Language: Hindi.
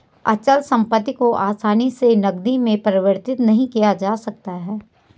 अचल संपत्ति को आसानी से नगदी में परिवर्तित नहीं किया जा सकता है